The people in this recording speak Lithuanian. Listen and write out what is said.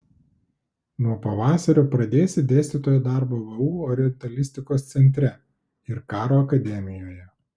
nuo pavasario pradėsi dėstytojo darbą vu orientalistikos centre ir karo akademijoje